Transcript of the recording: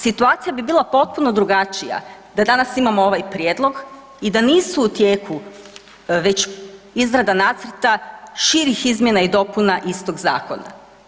Situacija bi bila potpuno drugačija da danas imamo ovaj prijedlog i da nisu u tijeku već izrada nacrta širih izmjena i dopuna istog zakona.